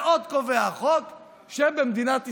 ועוד קובע החוק שבמדינת ישראל,